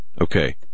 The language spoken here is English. okay